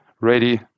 ready